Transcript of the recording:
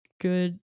good